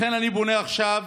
לכן, אני פונה עכשיו